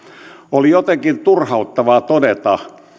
oli jotenkin turhauttavaa todeta